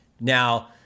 Now